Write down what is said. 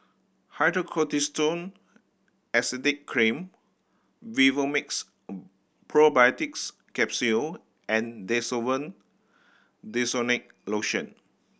Hydrocortisone Acetate Cream Vivomixx Probiotics Capsule and Desowen Desonide Lotion